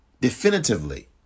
definitively